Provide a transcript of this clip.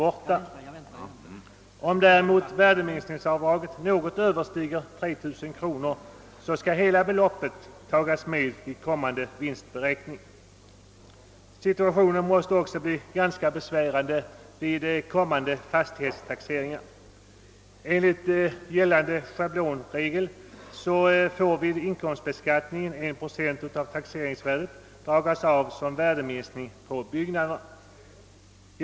Om däremot värdeminskningsavdraget något överstiger 3 000 kronor, skall hela beloppet tagas med vid kommande vinstberäkning. Situationen måste också bli relativt besvärande vid kommande fastighetstaxeringar. Enligt gällande schablonregel får vid inkomstbeskattning en procent av taxeringsvärdet dragas av såsom värdeminskning på byggnader.